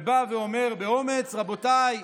ובא ואומר באומץ: רבותיי,